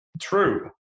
true